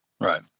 right